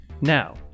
Now